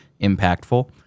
impactful